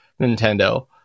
Nintendo